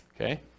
Okay